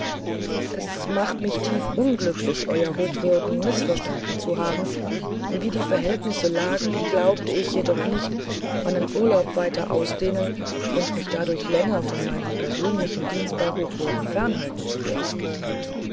es macht mich tief unglücklich euer hochwürden mißverstanden zu haben wie die verhältnisse lagen glaubte ich jedoch nicht meinen urlaub weiter ausdehnen und mich dadurch länger von meinem persönlichen dienst bei hochwürden fernhalten zu dürfen